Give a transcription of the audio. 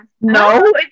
No